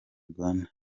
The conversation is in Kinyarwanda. rwanda